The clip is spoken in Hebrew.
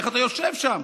איך אתה יושב שם?